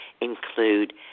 include